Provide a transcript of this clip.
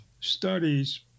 studies